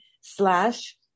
slash